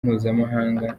mpuzamahanga